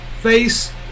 face